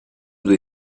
due